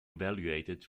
evaluated